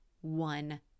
one